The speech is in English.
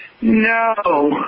No